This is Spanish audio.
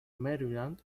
maryland